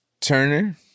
Turner